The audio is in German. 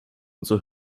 unser